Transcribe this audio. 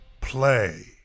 play